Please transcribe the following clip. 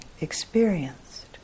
experienced